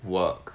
work